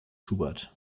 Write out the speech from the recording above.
schubert